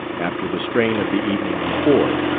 after the strain of the evening before,